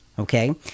okay